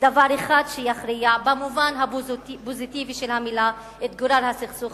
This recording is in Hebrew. דבר אחד שיכריע במובן הפוזיטיבי של המלה את גורל הסכסוך